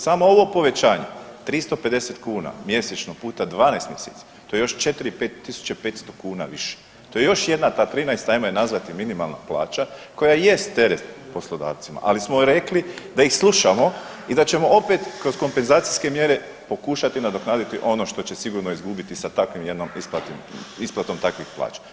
Samo ovo povećanje 350 kuna mjesečno puta 12 mjeseci to je 4, 5.500 kuna više, to je još jedna ta 13 ajmo je nazvati minimalna plaća koja jest teret poslodavcima, ali smo rekli da ih slušamo i da ćemo opet kroz kompenzacijske mjere pokušati nadoknaditi ono što će sigurno izgubiti sa takvom jednom isplatom, isplatom takvih plaća.